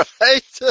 right